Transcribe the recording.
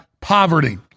poverty